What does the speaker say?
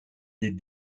des